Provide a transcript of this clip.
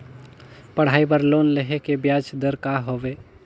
पढ़ाई बर लोन लेहे के ब्याज दर का हवे?